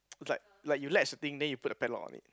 it's like like you ledge the thing then you put the padlock on it